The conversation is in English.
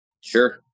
Sure